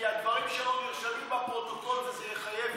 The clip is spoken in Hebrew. כי הדברים שלו נרשמים בפרוטוקול וזה יחייב אותו.